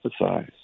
emphasize